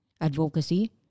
advocacy